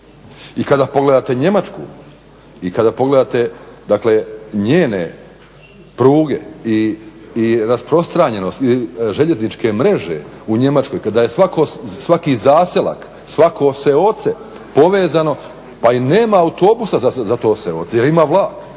I kada pogledate Njemačku i kada pogledate dakle njene pruge i rasprostranjenost željezničke mreže u Njemačkoj, kada je svaki zaselak, svako seoce povezano pa i nema autobusa za to selo jer ima vlak.